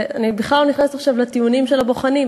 ואני בכלל לא נכנסת עכשיו לטיעונים של הבוחנים.